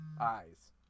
eyes